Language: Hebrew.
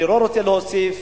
אני לא רוצה להוסיף.